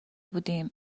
بودیم